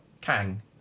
Kang